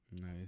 Nice